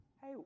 Hey